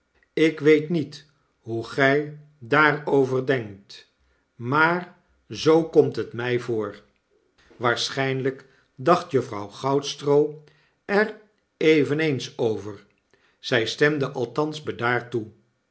ik weet niet hoe gij daarover denkt maar zoo komt het mij voor waarschijnlijk dacht juffrouw goudstroo er eveneens over zij stemde ajthans bedaard